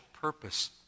purpose